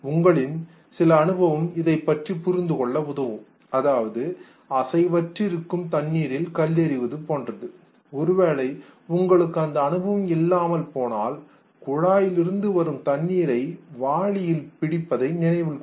உங்களின் சில அனுபவம் இதைப் பற்றி புரிந்துகொள்ள உதவும் அதாவது அசைவற்று இருக்கும் தண்ணீரில் கல்லெறிவது ஒருவேளை உங்களுக்கு அந்த அனுபவம் இல்லாமல் போனால் குழாயிலிருந்து வரும் தண்ணீரை வாளியில் பிடித்ததை நினைவில் கொள்க